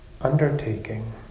undertaking